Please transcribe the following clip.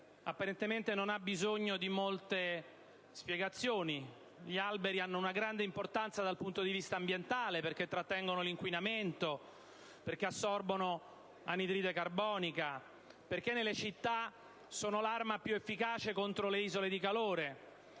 apparentemente non ha bisogno di molte spiegazioni: essi hanno una grande importanza dal punto di vista ambientale perché trattengono l'inquinamento, perché assorbono anidride carbonica, perché nelle città sono l'arma più efficace contro le isole di calore,